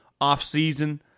offseason